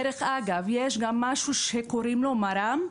דרך אגב, יש גם משהו שקוראים לו מר"מ.